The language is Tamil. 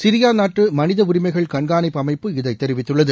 சிரியா நாட்டு மனித உரிமைகள் கண்காணிப்பு அமைப்பு இதைத் தெரிவித்துள்ளது